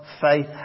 faith